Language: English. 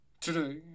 today